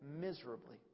miserably